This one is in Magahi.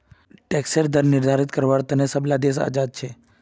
टैक्सेर दर निर्धारित कारवार तने सब ला देश आज़ाद छे